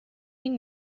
این